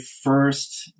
first